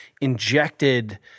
injected